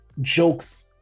jokes